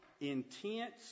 intense